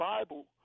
Bible